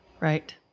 right